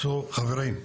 חברים,